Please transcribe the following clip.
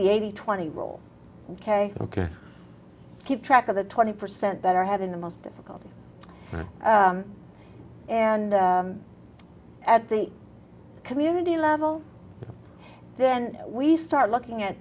the eighty twenty rule ok ok keep track of the twenty percent that are having the most difficulty and at the community level then we start looking at